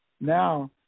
now